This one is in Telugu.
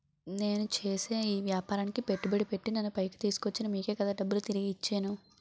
నేను చేసే ఈ వ్యాపారానికి పెట్టుబడి పెట్టి నన్ను పైకి తీసుకొచ్చిన మీకే కదా డబ్బులు తిరిగి ఇచ్చేను